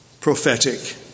prophetic